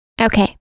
Okay